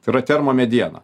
tai yra termo mediena